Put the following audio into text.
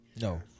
No